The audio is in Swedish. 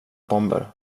bomber